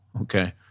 Okay